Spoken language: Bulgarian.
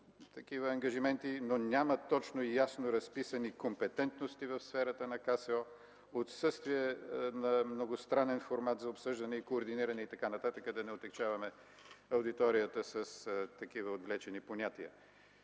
но няма точно и ясно разписани компетентности в сферата на КСО, отсъствие на многостранен формат за обсъждане, координиране и т.н., да не отегчаваме аудиторията с такива отвлечени понятия.